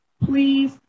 please